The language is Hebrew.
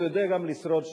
הוא יודע גם לשרוד שם.